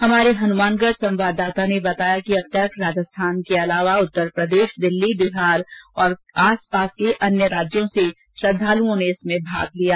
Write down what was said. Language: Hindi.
हमारे हनुमानगढ संवाददाता ने बताया कि राजस्थान के अलावा उत्तरप्रदेश दिल्ली बिहार और अन्य राज्यों से भी श्रद्दालुओं ने इसमें भाग लिया